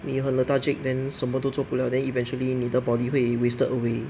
你很 lethargic then 什么都做不了 then eventually 你的 body 会 be wasted away